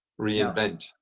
Reinvent